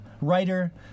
writer